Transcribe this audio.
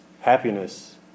happiness